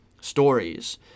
stories